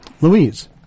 louise